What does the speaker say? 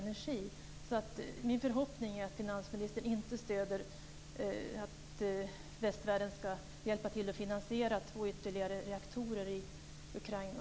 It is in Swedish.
Det är därför min förhoppning att finansministern inte stöder att västvärlden ska hjälpa till att finansiera två ytterligare reaktorer i Ukraina.